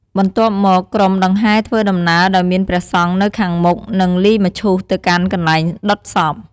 បន្ទាប់មក ក្រុមដង្ហែធ្វើដំណើរដោយមានព្រះសង្ឃនៅខាងមុខ និងលីមឈូសទៅកាន់កន្លែងដុតសព។